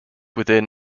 within